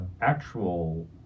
actual